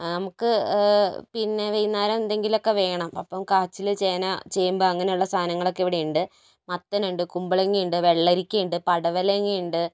നമുക്ക് പിന്നെ വൈകുന്നേരം എന്തെങ്കിലുമൊക്കെ വേണം അപ്പോൾ കാച്ചിൽ ചേന ചേമ്പ് അങ്ങനെയുള്ള സാധനങ്ങളൊക്കെ ഇവിടെയുണ്ട് മത്തനുണ്ട് കുമ്പളങ്ങയുണ്ട് വെള്ളരിക്കയുണ്ട് പാടവലങ്ങയു ണ്ട്